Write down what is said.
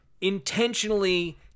intentionally